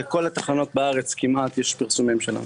בכל התחנות בארץ כמעט יש פרסומים שלנו.